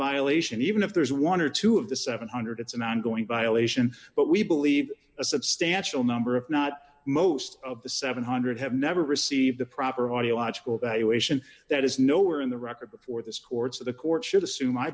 violation even if there is one or two of the seven hundred it's an ongoing violation but we believe a substantial number if not most of the seven hundred have never received the proper audiological a ration that is nowhere in the record before this courts of the court should assume i